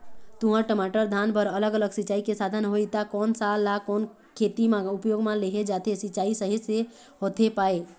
तुंहर, टमाटर, धान बर अलग अलग सिचाई के साधन होही ता कोन सा ला कोन खेती मा उपयोग मा लेहे जाथे, सिचाई सही से होथे पाए?